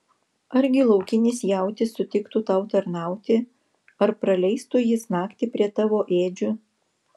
argi laukinis jautis sutiktų tau tarnauti ar praleistų jis naktį prie tavo ėdžių